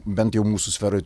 bent jau mūsų sferoj